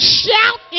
shout